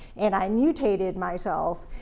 and i mutated myself,